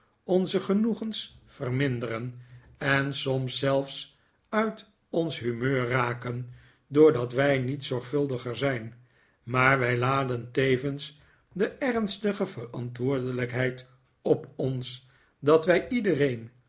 onze genoegens verminderen en soms zelfs uit ons humeur raken doordat wij niet zorgvuldiger zijn maar wij laden tevens de ernstige verantwoordelijkheid op ons dat wij iedereen